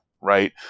right